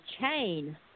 chain